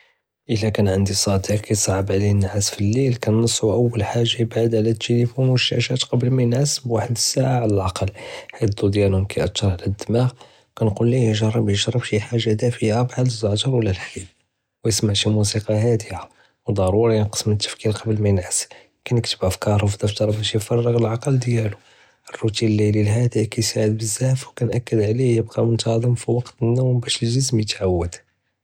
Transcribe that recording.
אלא קאן ענדי סאהב יצעאב עליו נעאס פיליל כנצוח אוול חאגה יבעד עלא טשלפונ ו שאשאט לפני מא יענס בוחד אלסהא על אקל, הד דו דיאליהם קיעטר עלא דמאג', כנקול ליה יג'רב יישרב שי חאגה דאפיה בחאל זעור ולא להלב, וייסמע שי מוסיקה הדיה ו דרורי ינקעס מן אלתפכיר לפני מייןעס כיתכבת אפקארו פי דפתר באש יפרג' אלעקל דיאלו רוטין אלילי אלאדיא קיסעד בזאף ו כנקד עליו יבקא מנטאזם פי וקט אלנום באש אלג'סם יתעד.